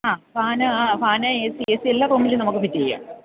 ആ ഫാന് ആ fan A C A C എല്ലാ റൂമിലും നമുക്ക് ഫിറ്റ് ചെയ്യാം